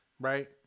right